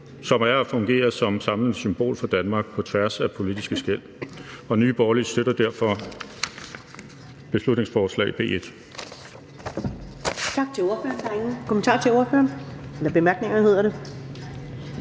som er at fungere som samlende symbol for Danmark på tværs af politiske skel, og Nye Borgerlige støtter derfor beslutningsforslag B 1.